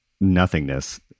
nothingness